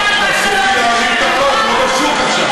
תפסיקי להרים את הקול, את לא בשוק עכשיו.